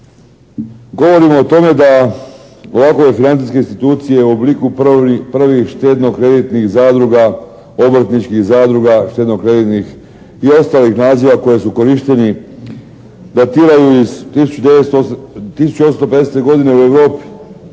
Govorimo o tome da ovakove financijske institucije u obliku prvih štedno-kreditnih zadruga, obrtničkih zadruga štedno-kreditnih i ostalih naziva koji su korišteni datiraju iz 1850. godine u Europi.